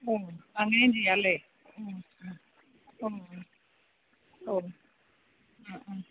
ഓ അങ്ങനെയും ചെയ്യാമല്ലേ ഉം ഉം അപ്പം ഓ ആ ആ